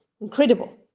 Incredible